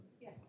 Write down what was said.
Yes